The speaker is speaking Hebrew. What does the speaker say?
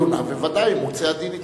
תגיש נגדו תלונה ובוודאי ימוצה הדין אתו.